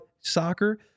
Soccer